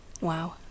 Wow